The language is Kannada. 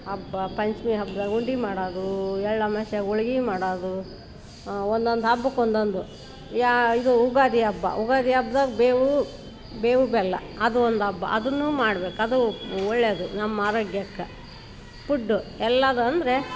ಹಬ್ಬ ಪಂಚಮಿ ಹಬ್ದಾಗ ಉಂಡೆ ಮಾಡೋದೂ ಎಳ್ಳು ಅಮಾವಾಸ್ಯಾಗ ಹೋಳ್ಗಿ ಮಾಡೋದೂ ಒಂದೊಂದು ಹಬ್ಬಕ್ಕೆ ಒಂದೊಂದು ಯಾ ಇದು ಯುಗಾದಿ ಹಬ್ಬ ಯುಗಾದಿ ಹಬ್ದಾಗ ಬೇವೂ ಬೇವು ಬೆಲ್ಲ ಅದು ಒಂದು ಹಬ್ಬ ಅದೂನೂ ಮಾಡ್ಬೇಕು ಅದೂ ಒಳ್ಳೇದು ನಮ್ಮ ಆರೋಗ್ಯಕ್ಕೆ ಪುಡ್ಡು ಎಲ್ಲದು ಅಂದರೆ